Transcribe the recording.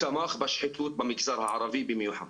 תמך בשחיתות במגזר הערבי במיוחד.